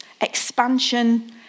expansion